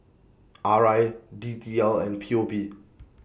R I D T L and P O P